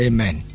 Amen